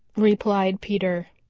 replied peter.